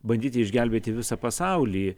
bandyti išgelbėti visą pasaulį